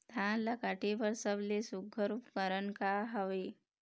धान ला काटे बर सबले सुघ्घर उपकरण का हवए?